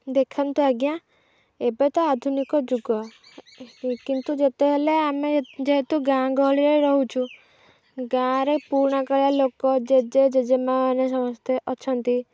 ଦେଖନ୍ତୁ ଆଜ୍ଞା ଏବେ ତ ଆଧୁନିକ ଯୁଗ କିନ୍ତୁ ଯେତେ ହେଲେ ଆମେ ଯେହେତୁ ଗାଁ ଗହଳିରେ ରହୁଛୁ ଗାଁରେ ପୁରୁଣା କାଳିଆ ଲୋକ ଜେଜେ ଜେଜେମା ମାନେ ସମସ୍ତେ ଅଛନ୍ତି